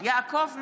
יעקב מרגי,